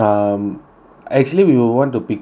actually we will want to pick up the food